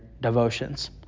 devotions